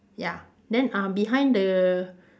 ya then uh behind the